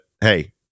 hey